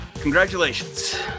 congratulations